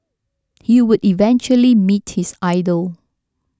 he would eventually meet his idol